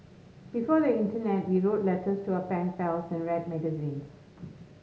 before the internet we wrote letters to our pen pals and read magazines